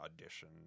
audition